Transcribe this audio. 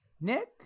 Nick